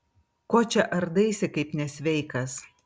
ko čia ardaisi kaip nesveikas